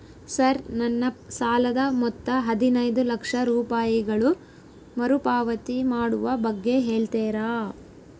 Sir ನನ್ನ ಸಾಲದ ಮೊತ್ತ ಹದಿನೈದು ಲಕ್ಷ ರೂಪಾಯಿಗಳು ಮರುಪಾವತಿ ಮಾಡುವ ಬಗ್ಗೆ ಹೇಳ್ತೇರಾ?